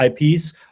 IPs